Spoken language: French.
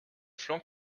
flanc